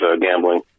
gambling